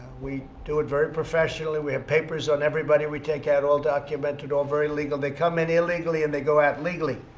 we do it very professionally. we have papers on everybody we take out. all documented, all very legal. they come in illegally and they go out legally.